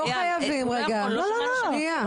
לא חייבים, שנייה,